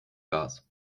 gas